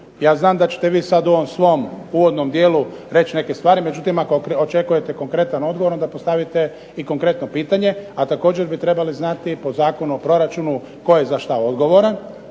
Ja znam da ćete vi sada u ovom svom uvodnom dijelu reći neke stvari, međutim ako očekujete konkretan odgovor onda postavite i konkretno pitanje, a također bi trebali znati po Zakonu o proračunu tko je za što odgovoran.